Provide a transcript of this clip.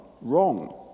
wrong